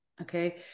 Okay